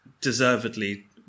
deservedly